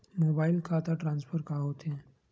Mobile खाता transfer का होथे?